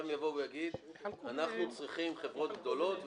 אם הם יגידו אנחנו צריכים חברות גדולות,